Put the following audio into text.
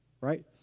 right